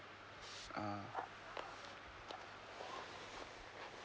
uh